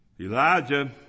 Elijah